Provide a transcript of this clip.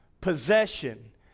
possession